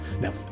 Now